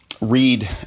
read